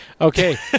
Okay